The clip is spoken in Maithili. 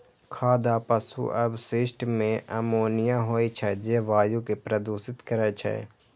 खाद आ पशु अवशिष्ट मे अमोनिया होइ छै, जे वायु कें प्रदूषित करै छै